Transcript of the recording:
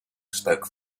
spoke